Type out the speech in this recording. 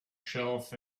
shelf